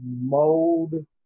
mode